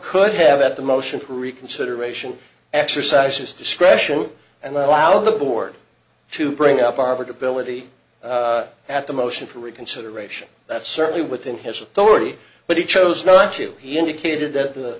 could have at the motion for reconsideration exercise his discretion and allow the board to bring up armored ability at the motion for reconsideration that's certainly within his authority but he chose not to he indicated that the